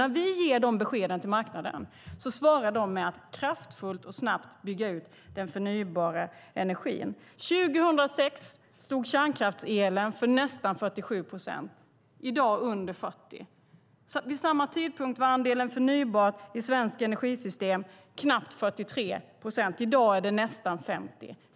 När vi ger de beskeden till marknaden svarar marknaden med att kraftfullt och snabbt bygga ut den förnybara energin. År 2006 stod kärnkraftselen för nästan 47 procent. I dag står den för mindre än 40 procent. Vid samma tidpunkt var andelen förnybart i det svenska energisystemet knappt 43 procent. I dag är den andelen nästan 50 procent.